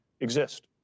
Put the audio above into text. exist